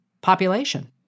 population